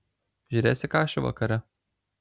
žiūrėsi kašį vakare